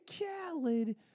Khaled